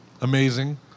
Amazing